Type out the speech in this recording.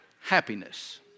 happiness